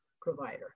provider